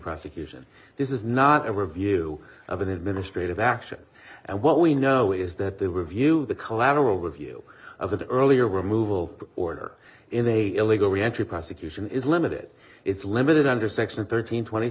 prosecution this is not a review of an administrative action and what we know is that they were view the collateral review of the earlier removal order in a illegal re entry prosecution is limited it's limited under section thirteen twenty